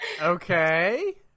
Okay